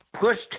pushed